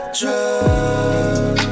drug